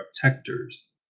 protectors